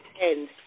end